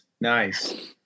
Nice